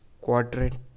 quadrant